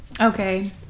Okay